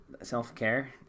self-care